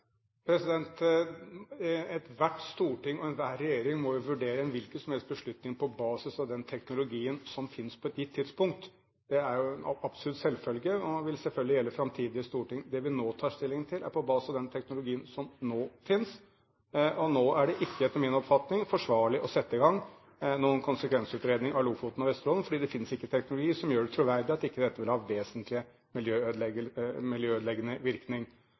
Ethvert storting og enhver regjering må vurdere en hvilken som helst beslutning på basis av den teknologien som finnes på et gitt tidspunkt. Det er en absolutt selvfølge, og vil selvfølgelig gjelde framtidige storting. Det vi nå tar stilling til, er på basis av den teknologien som nå finnes, og nå er det ikke – etter min oppfatning – forsvarlig å sette i gang noen konsekvensutredning av Lofoten og Vesterålen, for det finnes ikke teknologi som gjør det troverdig at dette ikke vil ha en vesentlig miljøødeleggende virkning.